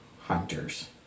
hunters